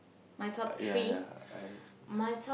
yeah yeah I don't